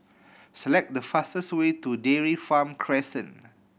select the fastest way to Dairy Farm Crescent